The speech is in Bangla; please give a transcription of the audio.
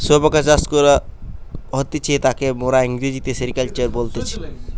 শুয়োপোকা চাষ করা হতিছে তাকে মোরা ইংরেজিতে সেরিকালচার বলতেছি